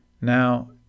Now